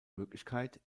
möglichkeit